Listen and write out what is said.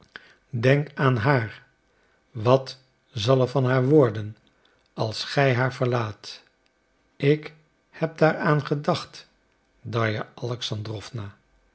denk aan haar wat zal er van haar worden als gij haar verlaat ik heb daaraan gedacht darja alexandrowna